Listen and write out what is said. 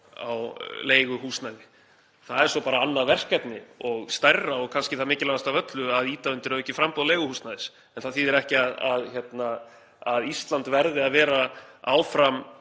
á leiguhúsnæði. Það er svo bara annað verkefni og stærra og kannski það mikilvægasta af öllu að ýta undir aukið framboð leiguhúsnæðis en það þýðir ekki að Ísland verði áfram